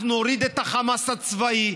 אנחנו נוריד את החמאס הצבאי,